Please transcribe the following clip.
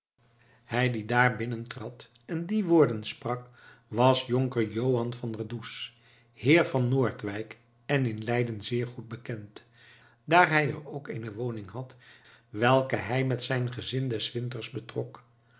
hij die daar binnentrad en die woorden sprak was jonker johan van der does heer van noordwijk en in leiden zeer goed bekend daar hij er ook eene woning had welke hij met zijn gezin des winters betrok